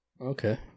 Okay